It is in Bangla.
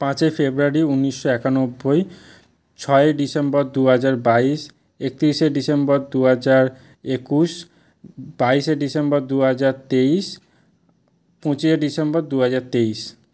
পাঁচই ফেরুয়ারি উনিশশো একানব্বই ছয়ই ডিসেম্বর দু হাজার বাইশ একতিরিশে ডিসেম্বর দু হাজার একুশ বাইশে ডিসেম্বর দু হাজার তেইশ পঁচিসে ডিসেম্বর দু হাজার তেইশ